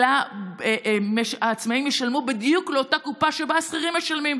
אלא העצמאים ישלמו בדיוק לאותה קופה שבה השכירים משלמים.